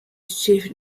che